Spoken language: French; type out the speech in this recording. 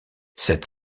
cette